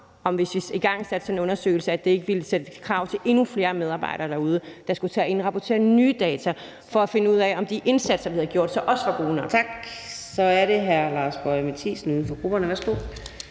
hvis vi igangsatte sådan en undersøgelse, at det ville stille krav til endnu flere medarbejdere derude, der skulle til at indrapportere nye data for at finde ud af, om de indsatser, vi havde gjort, også var gode nok. Kl. 12:38 Fjerde næstformand (Karina Adsbøl): Tak. Så er det hr. Lars Boje Mathiesen, uden for grupperne. Værsgo.